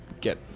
get